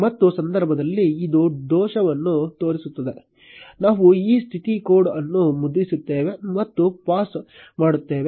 ಮತ್ತು ಸಂದರ್ಭದಲ್ಲಿ ಇದು ದೋಷವನ್ನು ತೋರಿಸುತ್ತದೆ ನಾವು ಈ ಸ್ಥಿತಿ ಕೋಡ್ ಅನ್ನು ಮುದ್ರಿಸುತ್ತೇವೆ ಮತ್ತು ಪಾಸ್ ಮಾಡುತ್ತೇವೆ